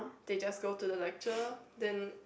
they just go to the lecture then